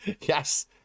Yes